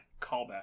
callback